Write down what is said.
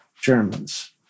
Germans